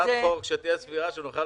הצעת חוק שתהיה סבירה, שנוכל